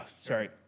Sorry